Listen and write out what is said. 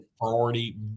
priority